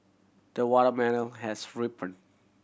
the watermelon has ripened